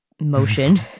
motion